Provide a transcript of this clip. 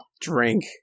Drink